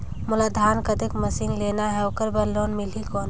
मोला धान कतेक मशीन लेना हे ओकर बार लोन मिलही कौन?